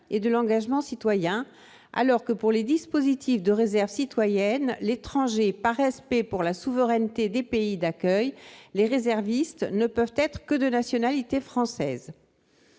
dans l'Hexagone, alors que, pour les dispositifs de réserve citoyenne à l'étranger, par respect pour la souveraineté des pays d'accueil, les réservistes ne peuvent être que de nationalité française.